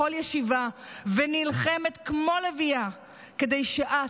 לכל ישיבה ונלחמת כמו לביאה כדי שאת,